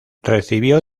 recibió